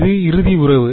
இது இறுதி உறவு